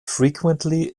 frequently